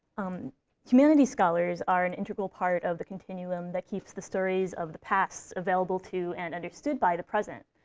um humanities scholars are an integral part of the continuum that keeps the stories of the past available to and understood by the present.